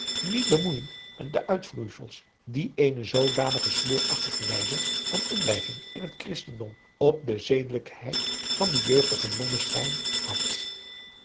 niet bemoeijen met de uitvloeisels die eene zoodanige sleurachtige wijze van inlijving in het christendom op de zedelijkheid van den jeugdigen blommesteyn had